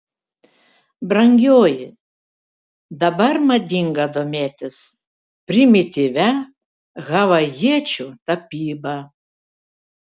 brangioji dabar madinga domėtis primityvia havajiečių tapyba